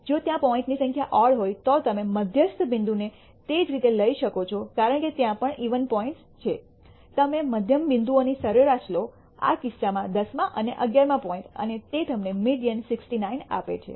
જો ત્યાં પોઇન્ટની સંખ્યા ઓડ હોય તો તમે મધ્યસ્થ બિંદુને તે જ રીતે લઈ શકો છો કારણ કે ત્યાં પણ ઈવન પોઇન્ટ્સ છે તમે મધ્યમ બિંદુઓની સરેરાશ લો આ કિસ્સામાં દસમા અને અગિયારમા પોઇન્ટ અને તે તમને મીડીઅન 69 આપે છે